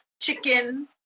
chicken